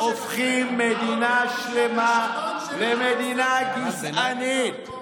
אתם הופכים מדינה שלמה למדינה גזענית,